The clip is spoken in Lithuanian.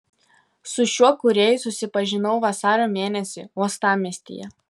su šiuo kūrėju susipažinau vasario mėnesį uostamiestyje